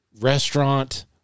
restaurant